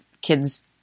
kids